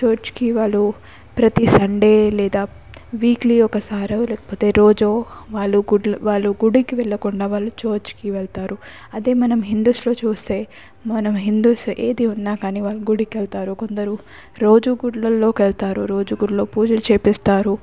చర్చ్కి వాళ్ళు ప్రతీ సండే లేదా వీక్లీ ఒకసారో లేకపోతే రోజో వాళ్ళు గుళ్ళ వాళ్ళు గుడికి వెళ్ళకుండా వాళ్ళు చర్చ్కి వెళతారు అదే మనం హిందూస్లో చూస్తే మనం హిందూస్ ఏది ఉన్నా కానీ వాళ్ళు గుడికి వెళతారు కొందరు రోజు గుళ్ళలోకి వెళతారు రోజు గుళ్ళో పూజలు చేపిస్తారు